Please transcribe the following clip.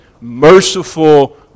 merciful